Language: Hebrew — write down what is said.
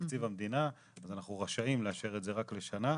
תקציב המדינה אז אנחנו רשאים לאשר את זה רק לשנה.